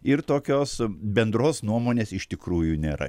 ir tokios bendros nuomonės iš tikrųjų nėra